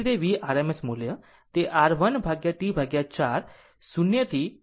તે જ રીતે તેVrms મૂલ્ય તે r 1 ભાગ્યા T4 0 થી T4 રહેશે